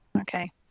Okay